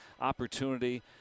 opportunity